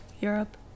Europe